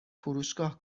فروشگاه